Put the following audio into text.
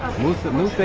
the moon